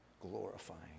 glorifying